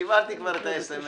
קיבלתי את כבר את ה-SMS.